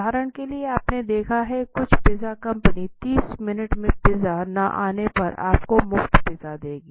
उदाहरण के लिए आपने देखा है कुछ पिज़्ज़ा कंपनी 30 मिनट में पिज्जा ना आने पर आपको मुफ्त पिज़्ज़ा देंगी